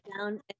down